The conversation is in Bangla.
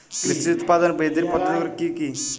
কৃষির উৎপাদন বৃদ্ধির পদ্ধতিগুলি কী কী?